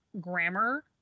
grammar